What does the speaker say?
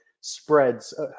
spreads